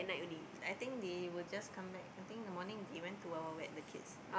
I think they will just come back I think in the morning they went to Wild Wild Wet the kids